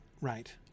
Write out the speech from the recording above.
right